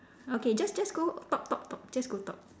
okay just just go top top top just go top